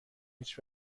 هیچ